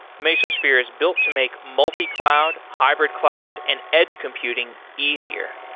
mesosphere is built to make multi-cloud, hybrid-cloud and edge computing easier.